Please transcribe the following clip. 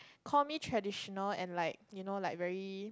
call me traditional and like you know like very